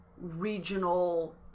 regional